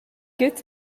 get